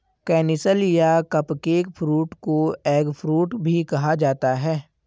canistel या cupcake fruit को eggfruit भी कहा जाता है